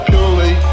Purely